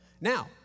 Now